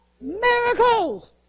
Miracles